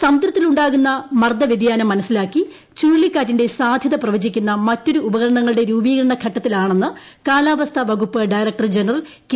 സമുദ്രത്തിലുണ്ടാകുന്ന മർദ്ദ വ്യതിയാനം മനസിലാക്കി ചുഴലിക്കാറ്റിന്റെ സാധ്യത പ്രവചിക്കുന്ന മറ്റൊരു ഉപകരണങ്ങളുടെ രൂപീകരണ ഘട്ടത്തിലാണെന്ന് കാലാവസ്ഥാ വകുപ്പ് ഡയറക്ടർ ജനറൽ കെ